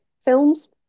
films